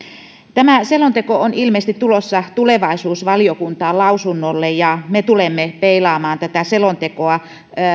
tämä selonteko on ilmeisesti tulossa tulevaisuusvaliokuntaan lausunnolle ja me tulemme peilaamaan tätä selontekoa